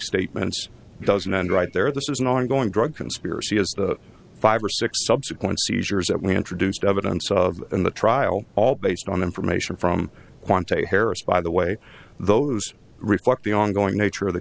statements doesn't end right there this is an ongoing drug conspiracy as five or six subsequent seizures that we introduced evidence of in the trial all based on information from quantity harris by the way those reflect the ongoing nature of the